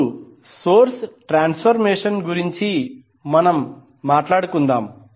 ఇప్పుడు source transformation గురించి మాట్లాడుదాం